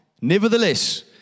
Nevertheless